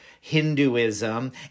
Hinduism